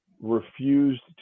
refused